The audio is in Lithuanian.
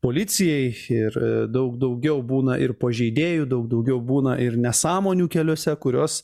policijai ir daug daugiau būna ir pažeidėjų daug daugiau būna ir nesąmonių keliuose kurios